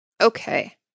Okay